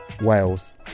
Wales